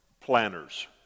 planners